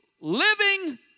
living